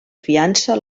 fiança